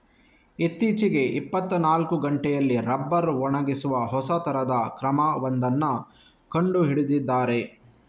ಇತ್ತೀಚೆಗೆ ಇಪ್ಪತ್ತನಾಲ್ಕು ಗಂಟೆಯಲ್ಲಿ ರಬ್ಬರ್ ಒಣಗಿಸುವ ಹೊಸ ತರದ ಕ್ರಮ ಒಂದನ್ನ ಕಂಡು ಹಿಡಿದಿದ್ದಾರೆ